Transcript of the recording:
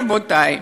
רבותי.